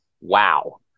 wow